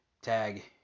tag